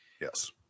Yes